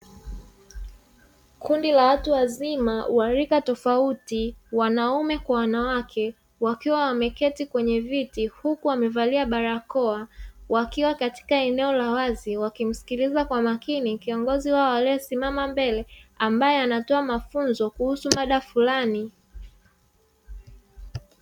Kundi la watu wazima wa rika tofauti wanaume Kwa wanawake, wakiwa wameketi kwenye viti huku wamevalia barakoa, wakiwa katika eneo la wazi wakimsikiliza kwa makini kiongozi wao aliyesimama mbele ambaye anatoa mafunzo kuhusu mada fulani.